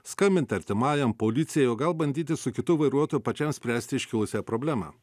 skambinti artimajam policijai o gal bandyti su kitu vairuotoju pačiam spręsti iškilusią problemą